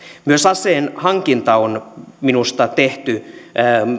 myös aseen hankinta on minusta tehty